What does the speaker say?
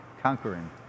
conquering